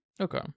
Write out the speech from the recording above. okay